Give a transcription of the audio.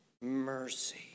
mercy